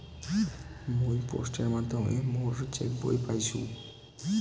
মুই পোস্টের মাধ্যমে মোর চেক বই পাইসু